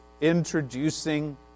introducing